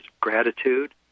gratitude